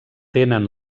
tenen